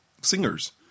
singers